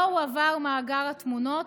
לא הועבר מאגר התמונות,